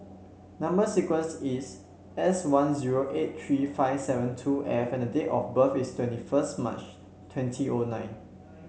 number sequence is S one zero eight three five seven two F and the date of birth is twenty first March twenty O nine